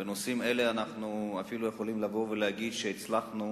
בנושאים אלה אנחנו יכולים לבוא ולהגיד שהצלחנו